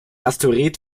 asteroid